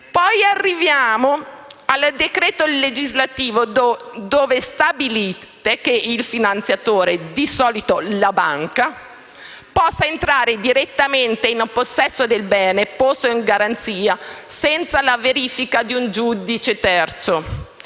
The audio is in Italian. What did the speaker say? Poi arriviamo al decreto legislativo dove stabilite che il finanziatore (di solito la banca) possa entrare direttamente in possesso del bene posto in garanzia senza la verifica di un giudice terzo.